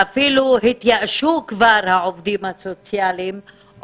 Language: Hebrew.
שהעובדים הסוציאליים אפילו התייאשו,